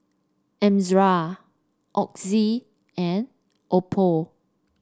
Ezerra Oxy and Oppo